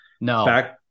No